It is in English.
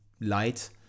light